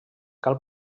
cal